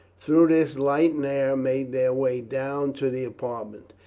through this light and air made their way down to the apartment,